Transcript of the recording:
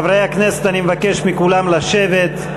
חברי הכנסת, אני מבקש מכולם לשבת.